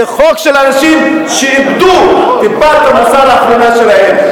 זה חוק של אנשים שאיבדו את טיפת המוסר האחרונה שלהם.